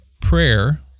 prayer